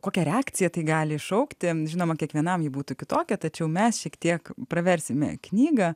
kokią reakciją tai gali iššaukti žinoma kiekvienam ji būtų kitokia tačiau mes šiek tiek praversime knygą